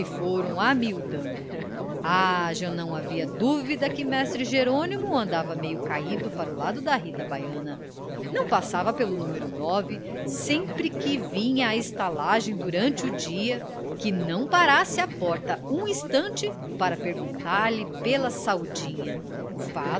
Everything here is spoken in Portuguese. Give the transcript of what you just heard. foram amiudando ah já não havia dúvida que mestre jerônimo andava meio caldo para o lado da rita baiana não passava pelo numero no sempre que vinha à estalagem durante o dia que não parasse à porta um instante para perguntar-lhe pela saudinha